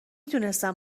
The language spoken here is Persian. دونستم